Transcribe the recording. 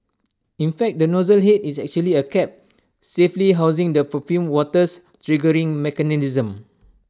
in fact the nozzle Head is actually A cap safely housing the perfumed water's triggering mechanism